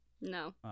no